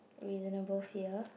reasonable sia